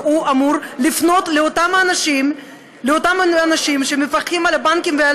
והוא אמור לפנות לאותם אנשים שמפקחים על הבנקים ועל